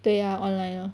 对呀 online lor